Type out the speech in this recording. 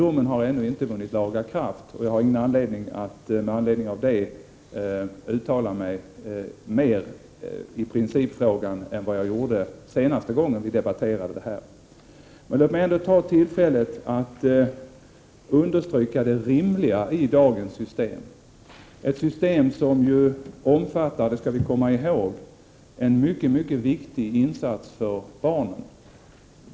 Domen har ännu inte vunnit laga kraft, och den ger mig ingen anledning att uttala mig mer i principfrågan än vad jag gjorde när jag senast debatterade med Roland Larsson. Låt mig ändå ta tillfället att understryka det rimliga i dagens system. Vi skall komma ihåg att det är ett system som omfattar en mycket mycket viktig insats för barnen.